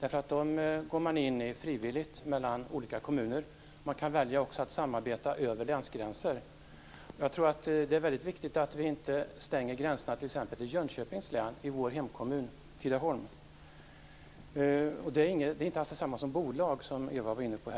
därför att dem går man in i frivilligt mellan olika kommuner. Man kan också välja att samarbeta över länsgränser. Jag tror att det är väldigt viktigt att vi i min hemkommun Tidaholm inte stänger gränserna till t.ex. Jönköpings län. Kommunalförbund är inte alls detsamma som bolag, som Eva var inne på.